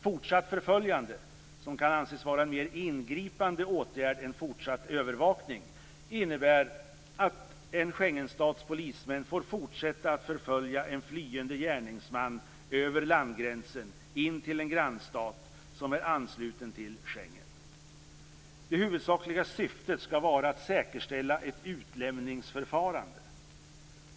Fortsatt förföljande, som kan anses vara en mer ingripande åtgärd än fortsatt övervakning, innebär att en Schengenstats polismän får fortsätta att förfölja en flyende gärningsman över landgränsen in till en grannstat som är ansluten till Schengen. Det huvudsakliga syftet skall vara att säkerställa ett utlämningsförfarande.